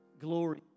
Glory